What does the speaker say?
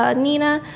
ah nina,